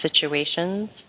situations